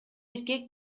эркек